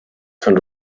and